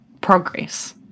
progress